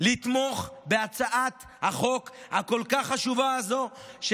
לתמוך בהצעת החוק החשובה כל כך הזאת,